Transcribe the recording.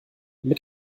mit